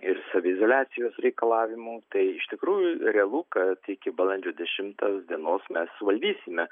ir saviizoliacijos reikalavimų tai iš tikrųjų realu kad iki balandžio dešimtos dienos mes valdysime